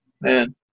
Man